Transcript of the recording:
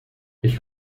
ich